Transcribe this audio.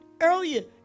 earlier